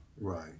right